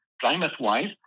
climate-wise